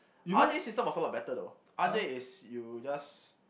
R_J system was a lot better though R_J is you just